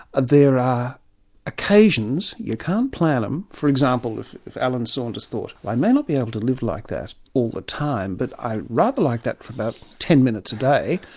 there are occasions, you can't plan them, for example if if alan saunders thought, i may not be able to live like that all the time, but i rather like that for about ten minutes a day,